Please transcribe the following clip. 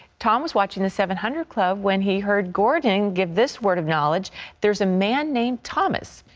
tom was watching the seven hundred club when he heard gordon give this word of knowledge there is a man named thomas,